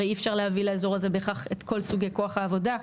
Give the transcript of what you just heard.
הרי אי אפשר להביא לאזור הזה בהכרח את כל סוגי כוח העבודה.